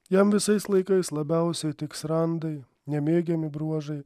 jam visais laikais labiausiai tiks randai nemėgiami bruožai